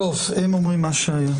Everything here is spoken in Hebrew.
טוב, הם אומרים מה שהיה, בסדר.